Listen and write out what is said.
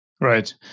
Right